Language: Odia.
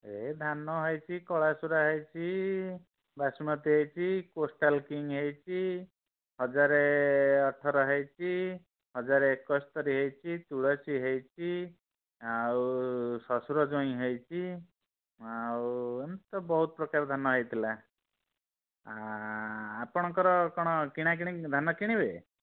ଏ ଧାନ ହେଇଛି କଳାସୁରା ହେଇଚି ବାସୁମତି ହେଇଛି କୋଷ୍ଟାଲ୍ କିଙ୍ଗ ହେଇଛି ହଜାରେ ଅଠର ହେଇଛି ହଜାରେ ଏକସ୍ତରି ହେଇଛି ତୁଳସୀ ହେଇଛି ଆଉ ଶଶୁର ଜୋଇଁ ହେଇଛି ଆଉ ଏମିତି ବହୁତ ପ୍ରକାର ଧାନ ହେଇଥିଲା ଆପଣଙ୍କର କ'ଣ କିଣାକିଣି ଧାନ କିଣିବେ